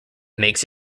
makes